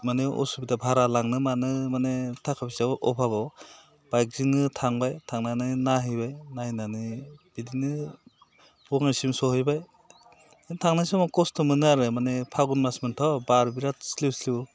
माने उसुबिदा भारा लांनो मानो माने थाखा फैसा अभाबाव बाइकजोंनो थांबाय थांनानै नाययहैबाय नायनानै बिदिनो बङाइसिम सहैबाय थांनाय समाव खस्थ' मोन्दों आरो माने फागुन मास मोनथ' बार बिराद स्लिउ स्लिउ